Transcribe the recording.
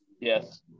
Yes